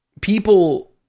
people